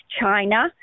China